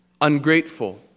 ungrateful